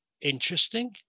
interesting